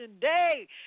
day